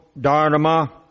Dharma